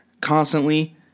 Constantly